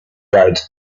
guide